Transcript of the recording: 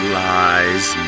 lies